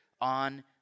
on